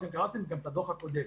אתם גם קראתם את הדוח הקודם.